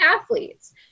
athletes